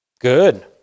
Good